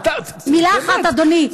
מילה אחת, אדוני.